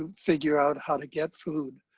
um figure out how to get food.